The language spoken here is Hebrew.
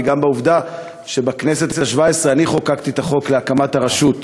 היא גם העובדה שבכנסת השבע-עשרה אני חוקקתי את החוק להקמת הרשות הזאת.